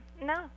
No